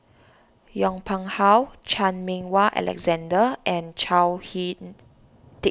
Yong Pung How Chan Meng Wah Alexander and Chao He